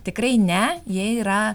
tikrai ne jie yra